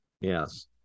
Yes